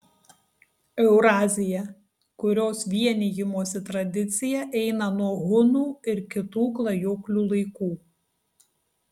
eurazija kurios vienijimosi tradicija eina nuo hunų ir kitų klajoklių laikų